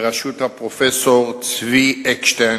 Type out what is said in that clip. בראשות הפרופסור צבי אקשטיין,